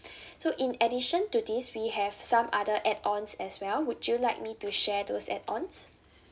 so in addition to this we have some other add ons as well would you like me to share those add ons